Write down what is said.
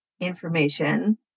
information